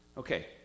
Okay